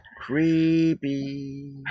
Creepy